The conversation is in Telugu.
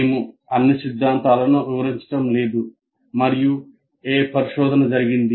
మేము అన్ని సిద్ధాంతాలను వివరించడం లేదు మరియు ఏ పరిశోధన జరిగింది